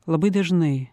labai dažnai